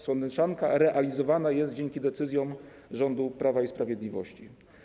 Sądeczanka realizowana jest dzięki decyzjom rządu Prawa i Sprawiedliwości.